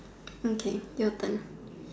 okay your turn